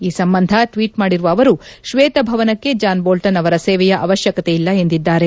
ಈ ಸಂಬಂಧ ಟ್ವೀಟ್ ಮಾಡಿರುವ ಅವರು ಶ್ವೇತಭವನಕ್ಕೆ ಜಾನ್ ಬೋಲ್ಟನ್ ಅವರ ಸೇವೆಯ ಅವಶ್ಚಕತೆಯಿಲ್ಲ ಎಂದಿದ್ದಾರೆ